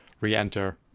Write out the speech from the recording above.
re-enter